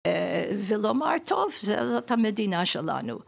ולומר, טוב, זאת המדינה שלנו.